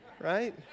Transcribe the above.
Right